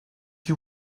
you